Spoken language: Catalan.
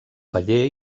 paller